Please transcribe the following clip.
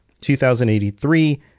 2083